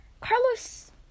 Carlos